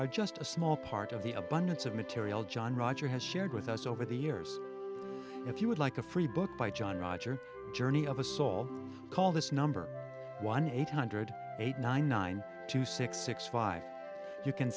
heard just a small part of the abundance of material john roger has shared with us over the years if you would like a free book by john roger journey of a soul call this number one eight hundred eight nine nine two six six five you can